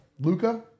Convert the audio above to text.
Luca